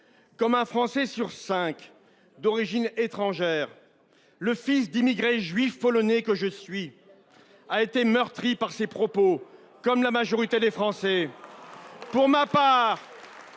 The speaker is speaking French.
! Un Français sur cinq est d’origine étrangère, et le fils d’immigrés juifs polonais que je suis a été meurtri par ces propos, comme la majorité des Français l’ont été.